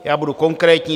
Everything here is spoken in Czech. Já budu konkrétní.